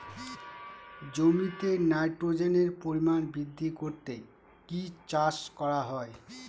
জমিতে নাইট্রোজেনের পরিমাণ বৃদ্ধি করতে কি চাষ করা হয়?